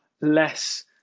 less